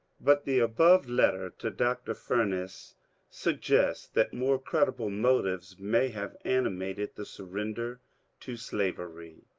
but the above letter to dr. furness suggests that more creditable mo tives may have animated the surrender to slavery.